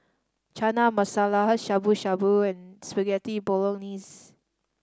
Chana Masala Shabu Shabu and Spaghetti Bolognese